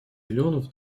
миллионов